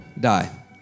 die